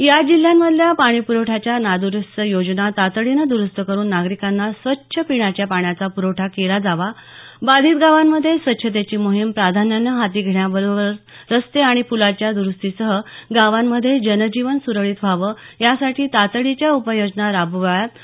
या जिल्ह्यांमधल्या पाणीप्रवठ्याच्या नादरुस्त योजना तातडीनं दुरुस्त करुन नागरिकांना स्वच्छ पिण्याच्या पाण्याचा प्रवठा केला जावा बाधित गावांमध्ये स्वच्छतेची मोहीम प्राधान्यानं हाती घेण्यासोबतच रस्ते आणि पुलांच्या दुरुस्तीसह गावांमध्ये जनजीवन सुरळीत व्हावं यासाठी तातडीच्या उपाययोजना राबवाव्यात असे निर्देश त्यांनी दिले